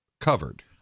covered